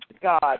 God